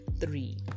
three